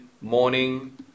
morning